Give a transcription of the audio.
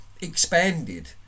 expanded